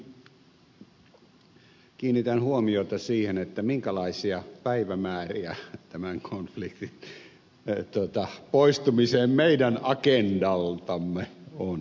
ensinnäkin kiinnitän huomiota siihen minkälaisia päivämääriä tämän konfliktin poistumiseen meidän agendaltamme on esitetty